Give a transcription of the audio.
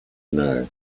know